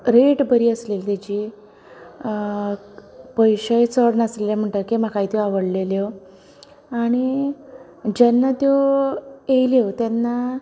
rate बरी आसलेली तेची पयशेंय चड नासलेले म्हणटकीर म्हाकाय त्यो आवडलेल्यों आनी जेन्ना त्यो येयल्यो तेन्ना